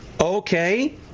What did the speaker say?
Okay